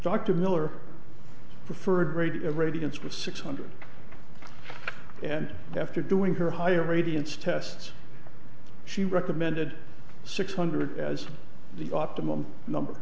dr miller preferred rate irradiance for six hundred and after doing her higher radiance tests she recommended six hundred as the optimum number